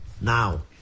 Now